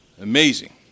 Amazing